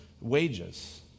wages